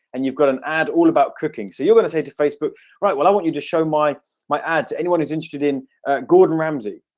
and you've got an ad all about cooking so you're going to say to facebook right what i want you to show my my ad to anyone who's interested in gordon ramsay?